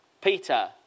Peter